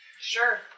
Sure